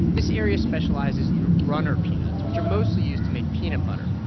this area specializes in runner peanuts, which are mostly used to make peanut butter.